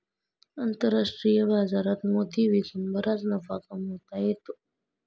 आंतरराष्ट्रीय बाजारात मोती विकून बराच नफा कमावता येतो